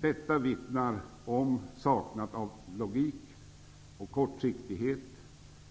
Detta vittnar om en saknad av logik och en kortsiktighet